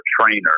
trainer